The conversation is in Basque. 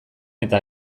eta